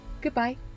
Goodbye